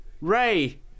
Ray